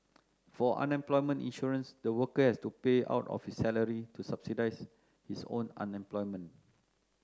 for unemployment insurance the worker has to pay out of his salary to subsidise his own unemployment